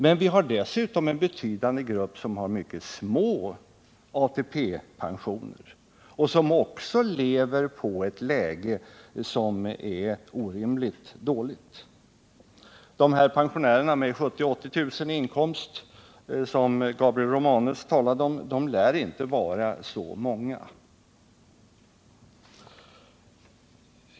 Men vi har dessutom en betydande grupp som har mycket små ATP-pensioner och som också lever på en nivå som är orimligt låg. De pensionärer med 70 000-80 000 kr. i inkomst som Gabriel Romanus talade om lär däremot inte vara så många.